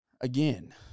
again